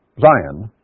Zion